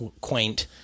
quaint